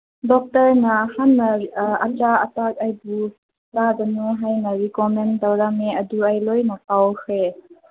ꯗꯣꯛꯇꯔꯅ ꯍꯟꯅ ꯑꯆꯥ ꯑꯊꯛ ꯑꯩꯒꯤ ꯆꯥꯒꯅꯨ ꯍꯥꯏꯅ ꯔꯤꯀꯣꯃꯦꯟ ꯇꯧꯔꯝꯃꯤ ꯑꯗꯨ ꯑꯩ ꯂꯣꯏꯃꯛ ꯀꯥꯎꯈ꯭ꯔꯦ